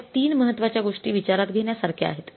तर या ३ महत्त्वाच्या गोष्टी विचारात घेण्यासारख्या आहेत